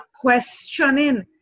questioning